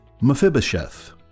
Mephibosheth